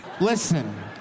Listen